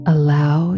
Allow